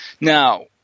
Now